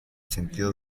sentido